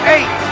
Eight